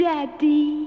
Daddy